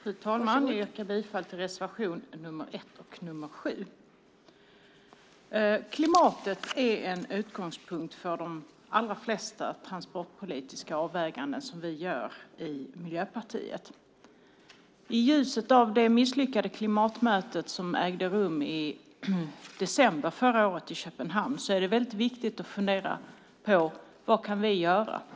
Fru talman! Jag yrkar bifall till reservationerna 1 och 7. Klimatet är en utgångspunkt för de allra flesta transportpolitiska avvägningar som vi gör i Miljöpartiet. I ljuset av det misslyckade klimatmötet i Köpenhamn i december förra året är det viktigt att fundera på vad vi kan göra.